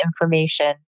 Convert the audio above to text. information